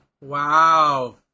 Wow